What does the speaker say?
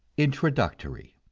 introductory